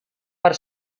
per